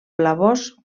blavós